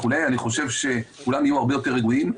אני חושב שכולם יהיו הרבה יותר רגועים.